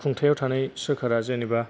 खुंथाइयाव थानाय सोरखारा जेन'बा